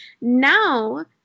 Now